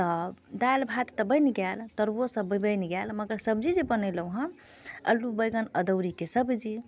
तऽ दालि भात तऽ बनि गेल तरुओ सब बनि गेल मगर सब्जी जे बनेलहुँ हम आलू बैगन अदौड़ीके सब्जी